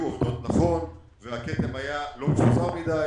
עובדות נכון והכתם היה לא מפוזר מדי.